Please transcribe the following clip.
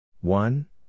One